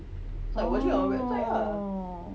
oh